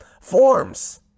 forms